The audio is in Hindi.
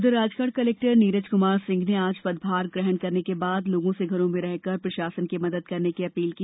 उधर राजगढ़ कलेक्टर नीरज कुमार सिंह ने आज पदभार ग्रहण करने के बाद लोगों से घरों में रहकर प्रशासन की मदद करने की अपील की